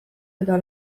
eta